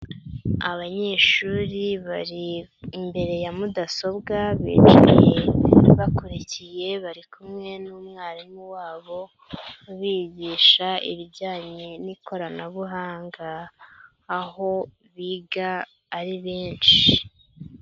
Abanyeshuri bari imbere ya mudasobwa, bicaye bakurikiye, bari kumwe n'umwarimu wabo, ubigisha ibijyanye n'ikoranabuhanga, aho biga ari benshi.